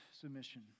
submission